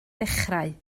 ddechrau